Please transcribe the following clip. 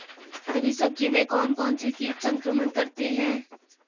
हरी सब्जी में कौन कौन से कीट संक्रमण करते हैं?